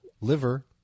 liver